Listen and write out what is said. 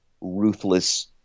ruthless